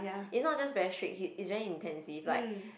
it's not just very strict he is very intensive like